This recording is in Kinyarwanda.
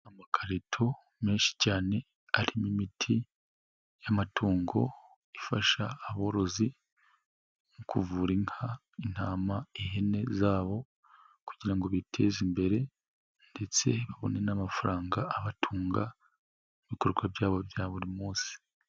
Amakarito menshi cyane ari imiti y'amatungo ifasha aborozi mu kuvura inka, intama, ihene zabo kugira ngo biteze imbere ndetse babone n'amafaranga abatunga ibikorwa byabo bya buri munsi.